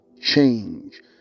change